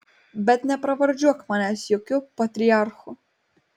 bet nepravardžiuok manęs jokiu patriarchu